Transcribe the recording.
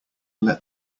let